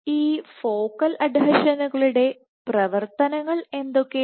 ഈ ഫോക്കൽ അഡ്ഹെഷനുകളുടെ പ്രവർത്തനങ്ങൾ എന്തൊക്കെയാണ്